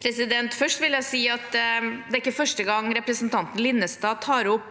Først vil jeg si at det ikke er første gang representanten Linnestad tar opp